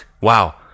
Wow